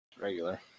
Regular